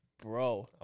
Bro